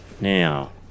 Now